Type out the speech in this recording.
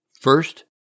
First